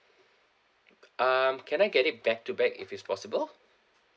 um can I get it back to back if it's possible